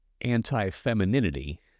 anti-femininity